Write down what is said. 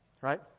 right